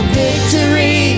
victory